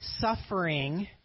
suffering